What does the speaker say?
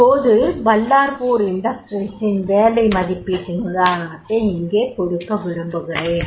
இப்போது பல்லார்பூர் இண்டஸ்ட்ரீஸின் வேலை மதிப்பீட்டின் உதாரணத்தை இங்கே கொடுக்க விரும்புகிறேன்